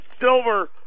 Silver